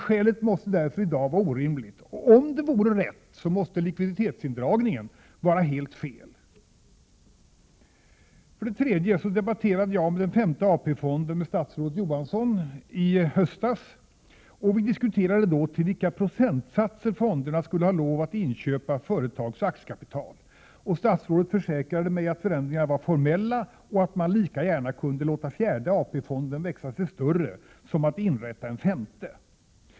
Skälet är i dag orimligt, och om det vore rätt så måste likviditetsindragningen vara helt fel! 3. I höstas debatterade jag den femte AP-fonden med statsrådet Johansson. Vi diskuterade till vilka procentsatser fonderna skulle ha lov inköpa företags aktiekapital, och statsrådet försäkrade mig att förändringarna var formella och att man lika gärna kunde låta fjärde AP-fonden växa sig större som att inrätta en femte.